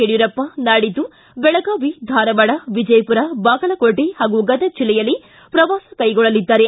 ಯಡಿಯೂರಪ್ಪ ನಾಡಿದ್ದು ಬೆಳಗಾವಿ ಧಾರವಾಡ ವಿಜಯಪುರ ಬಾಗಲಕೋಟೆ ಹಾಗೂ ಗದಗ್ ಜಿಲ್ಲೆಯಲ್ಲಿ ಪ್ರವಾಸ ಕೈಗೊಳ್ಳಲಿದ್ದಾರೆ